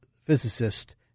physicist